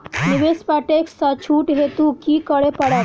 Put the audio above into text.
निवेश पर टैक्स सँ छुट हेतु की करै पड़त?